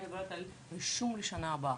אני מדברת על רישום לשנה הבאה,